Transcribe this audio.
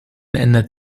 ändert